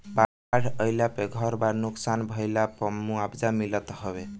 बाढ़ आईला पे घर बार नुकसान भइला पअ मुआवजा मिलत हवे